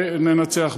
וננצח בה.